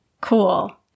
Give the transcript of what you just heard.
Cool